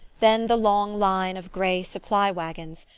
then the long line of grey supply-waggons,